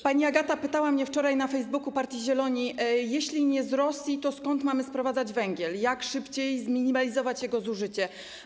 Pani Agata pytała mnie wczoraj na Facebooku partii Zieloni: Jeśli nie z Rosji, to skąd mamy sprowadzać węgiel, jak szybciej zminimalizować jego zużycie?